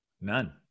None